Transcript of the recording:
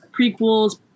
prequels